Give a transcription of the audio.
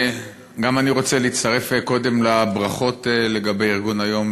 גם אני רוצה להצטרף קודם לברכות על ארגון היום